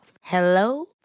Hello